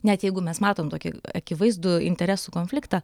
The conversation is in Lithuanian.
net jeigu mes matom tokį akivaizdų interesų konfliktą